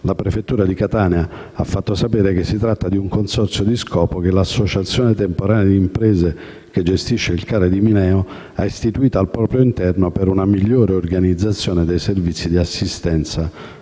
la prefettura di Catania ha fatto sapere che si tratta di un consorzio di scopo che l'associazione temporanea di imprese che gestisce il CARA di Mineo ha istituito al proprio interno per una migliore organizzazione dei servizi di assistenza